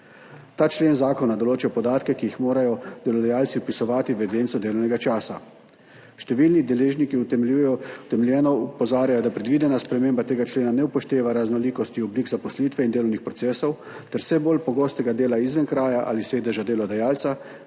Ta člen zakona določa podatke, ki jih morajo delodajalci vpisovati v evidenco delovnega časa. Številni deležniki utemeljeno opozarjajo, da predvidena sprememba tega člena ne upošteva raznolikosti oblik zaposlitve in delovnih procesov ter vse bolj pogostega dela izven kraja ali sedeža delodajalca,